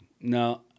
No